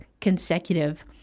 consecutive